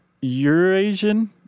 Eurasian